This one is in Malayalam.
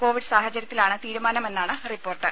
കോവിഡ് സാഹചര്യത്തിലാണ് തീരുമാനമെന്നാണ് റിപ്പോർട്ട്